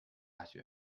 大学